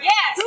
Yes